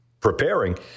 preparing